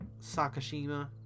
sakashima